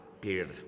period